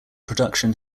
production